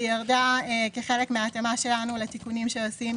היא ירדה כחלק מההתאמה שלנו לתיקונים שעושים